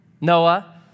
Noah